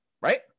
right